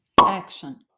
action